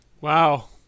Wow